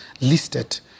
listed